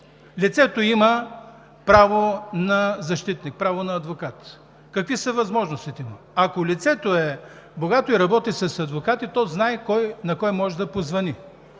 Лицето има право на защитник, право на адвокат. Какви са възможностите му? Ако лицето е богато и работи с адвокати, то знае на кого може да позвъни.